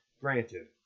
granted